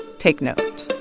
take note